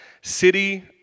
City